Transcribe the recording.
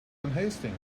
unhasting